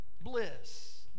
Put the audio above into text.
bliss